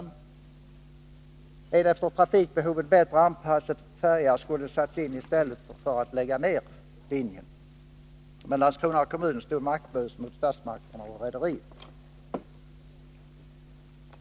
Man borde ha satt in en efter trafikbehovet bättre anpassad färja i stället för att lägga ned linjen. Men Landskrona kommun stod maktlös mot statsmakterna och rederiet.